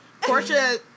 Portia